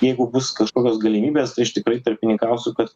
jeigu bus kažkokios galimybės tai aš tikrai tarpininkausiu kad